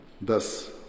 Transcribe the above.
Thus